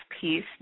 piece